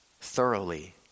thoroughly